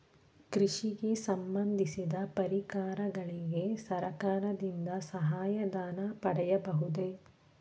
ಕೃಷಿಗೆ ಸಂಬಂದಿಸಿದ ಪರಿಕರಗಳಿಗೆ ಸರ್ಕಾರದಿಂದ ಸಹಾಯ ಧನ ಪಡೆಯಬಹುದೇ?